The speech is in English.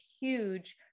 huge